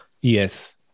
Yes